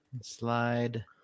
Slide